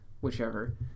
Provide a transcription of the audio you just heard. whichever